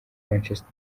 manchester